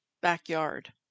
backyard